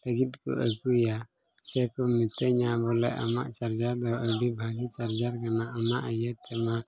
ᱞᱟᱹᱜᱤᱫ ᱠᱚ ᱟᱹᱜᱩᱭᱟ ᱥᱮ ᱠᱚ ᱢᱤᱛᱟᱹᱧᱟ ᱵᱚᱞᱮ ᱟᱢᱟᱜ ᱪᱟᱨᱡᱟᱨ ᱫᱚ ᱟᱹᱰᱤ ᱵᱷᱟᱹᱜᱤ ᱪᱟᱨᱡᱟᱨ ᱠᱟᱱᱟ ᱚᱱᱟ ᱤᱭᱟᱹ ᱠᱟᱱᱟ